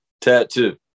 tattoo